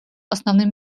основным